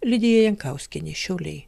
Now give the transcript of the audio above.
lidija jankauskienė šiauliai